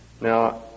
Now